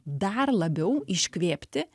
dar labiau iškvėpti